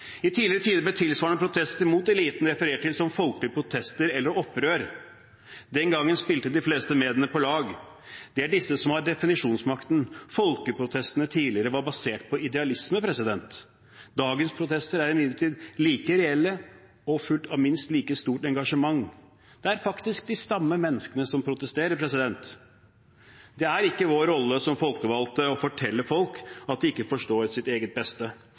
I tidligere tider ble tilsvarende protester mot eliten referert til som folkelige protester eller opprør. Den gang spilte de fleste mediene på lag. Det er disse som har definisjonsmakten. Folkeprotestene tidligere var basert på idealisme. Dagens protester er imidlertid like reelle og fulgt av minst like stort engasjement. Det er faktisk de samme menneskene som protesterer. Det er ikke vår rolle som folkevalgte å fortelle folk at de ikke forstår sitt eget beste.